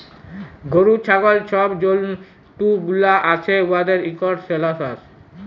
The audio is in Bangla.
গরু, ছাগল ছব জল্তুগুলা আসে উয়াদের ইকট সেলসাস